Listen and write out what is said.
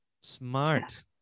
smart